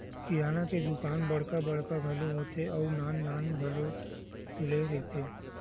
किराना के दुकान बड़का बड़का घलो होथे अउ नान नान घलो खुले रहिथे